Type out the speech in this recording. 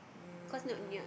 um